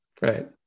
Right